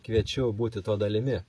kviečiu būti to dalimi